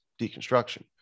deconstruction